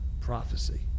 prophecy